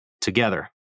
together